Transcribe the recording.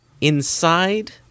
Inside